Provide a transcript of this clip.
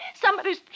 Somebody's